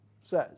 says